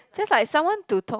just like someone to talk